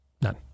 None